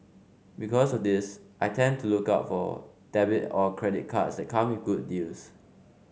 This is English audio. because of this I tend to look out for debit or credit cards that come with good deals